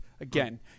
Again